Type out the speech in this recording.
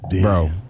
Bro